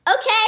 Okay